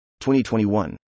2021